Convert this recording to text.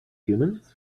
humans